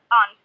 on